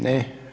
Ne.